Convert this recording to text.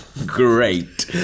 Great